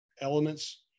elements